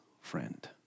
friend